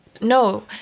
No